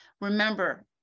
Remember